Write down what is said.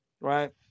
right